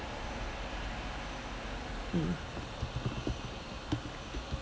mm